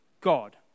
God